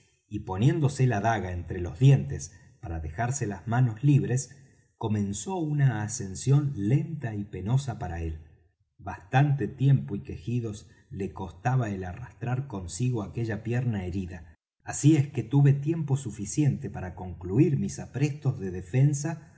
y poniéndose la daga entre los dientes para dejarse las manos libres comenzó una ascensión lenta y penosa para él bastante tiempo y quejidos le costaba el arrastrar consigo aquella pierna herida así es que tuve tiempo suficiente para concluir mis aprestos de defensa